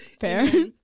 fair